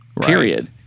period